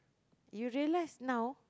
you relax now